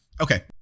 Okay